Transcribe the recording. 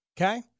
Okay